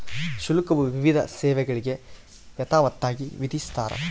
ಶುಲ್ಕವು ವಿವಿಧ ಸೇವೆಗಳಿಗೆ ಯಥಾವತ್ತಾಗಿ ವಿಧಿಸ್ತಾರ